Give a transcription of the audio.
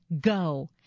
go